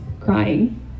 crying